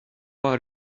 are